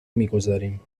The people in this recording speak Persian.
میگذاریم